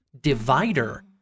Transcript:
divider